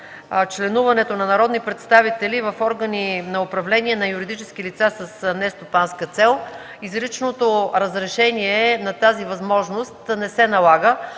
членуването на народни представители в органи на управление на юридически лица с нестопанска цел, изричното разрешение на тази възможност не се налага.